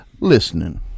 listening